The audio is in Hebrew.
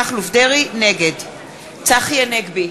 נגד צחי הנגבי,